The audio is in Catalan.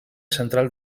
central